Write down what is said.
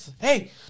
Hey